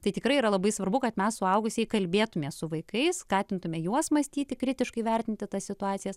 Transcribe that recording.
tai tikrai yra labai svarbu kad mes suaugusieji kalbėtume su vaikais skatintume juos mąstyti kritiškai vertinti tas situacijas